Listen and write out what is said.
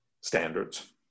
standards